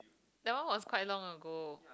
that one was quite long ago